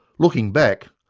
looking back,